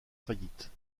faillite